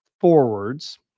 forwards